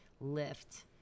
lift